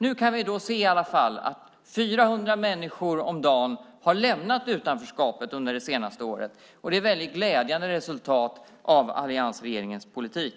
Nu kan vi i alla fall se att 400 människor om dagen har lämnat utanförskapet under det senaste året. Det är ett väldigt glädjande resultat av alliansregeringens politik.